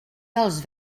dels